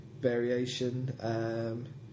variation